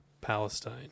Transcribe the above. Palestine